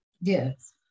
Yes